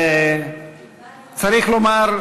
צריך לומר,